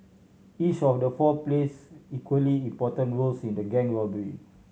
each of the four plays equally important roles in the gang robbery